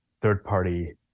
third-party